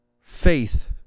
faith